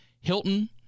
Hilton